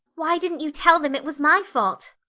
why didn't you tell them it was my fault?